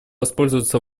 воспользоваться